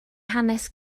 hanes